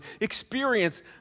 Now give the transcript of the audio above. experience